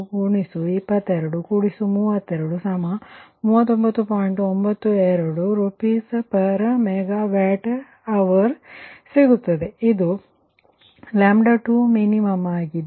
92 RsMWhr ಸಿಗುತ್ತದೆ ಇದು 2min ಆಗಿದ್ದು